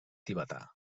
tibetà